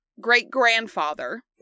great-grandfather